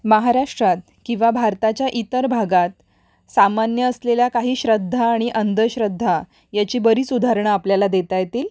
महाराष्ट्रात किंवा भारताच्या इतर भागात सामान्य असलेल्या काही श्रद्धा आणि अंधश्रद्धा याची बरीच उदाहरणं आपल्याला देता येतील